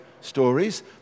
stories